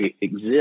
exist